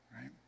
Right